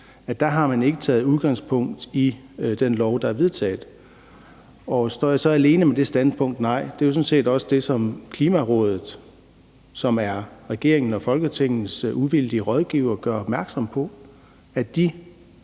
har man ikke taget udgangspunkt i den lov, der er vedtaget. Står jeg så alene med det standpunkt? Nej, det er jo sådan set også det, som Klimarådet, som er regeringen og Folketingets uvildige rådgiver, gør opmærksom på, altså